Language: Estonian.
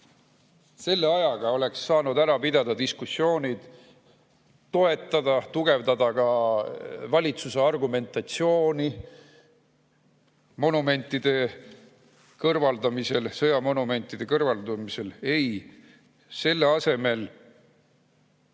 Selle ajaga oleks saanud ära pidada diskussioonid, toetada, tugevdada ka valitsuse argumentatsiooni sõjamonumentide kõrvaldamiseks. Ei, selle asemel